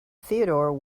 theodore